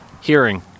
hearing